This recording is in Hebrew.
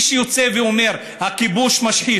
מי שיוצא ואומר: הכיבוש משחית,